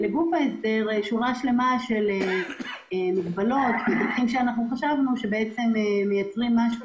בגוף ההסדר יש שורה שלמה של מגבלות שמייצרות משהו